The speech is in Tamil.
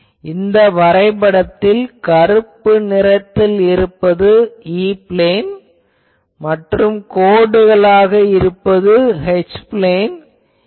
இந்த வரைபடத்தில் கருப்பு நிறத்தில் இருப்பது E பிளேன் மற்றும் கோடுகளாக இருப்பது H பிளேன் ஆகும்